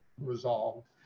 resolved